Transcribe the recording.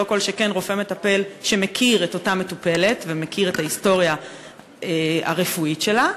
כל שכן רופא מטפל שמכיר את אותה מטופלת ואת ההיסטוריה הרפואית שלה,